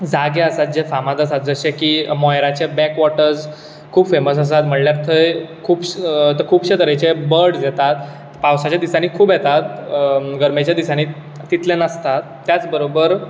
जागे आसात जे फामाद आसात जशे की मोयराचे बॅकवॉटर्स खूब फेमस आसात म्हणचे थंय खुबशे तरेचे बर्डस येतात पावसाच्या दिसांनी खूब येतात गर्मेच्या दिसांनी तितले नासतात त्याच बरोबर